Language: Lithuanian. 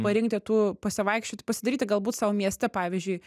parinkti tų pasivaikščioti pasidairyti galbūt sau mieste pavyzdžiui